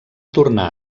tornà